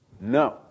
no